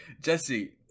Jesse